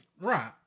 Right